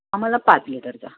मला पाच लिटरचा